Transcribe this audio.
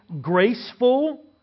graceful